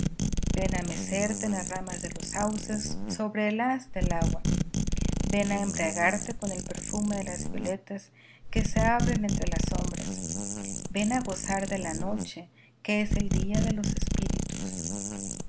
a mecerte en las ramas de los sauces sobre el haz del agua ven a embriagarte con el perfume de las violetas que se abren entre las sombras ven a gozar de la noche que es el día de los espíritus